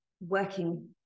working